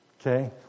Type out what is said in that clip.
okay